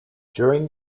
during